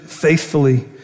faithfully